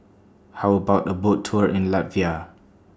How about A Boat Tour in Latvia